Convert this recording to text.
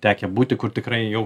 tekę būti kur tikrai jau